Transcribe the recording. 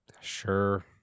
Sure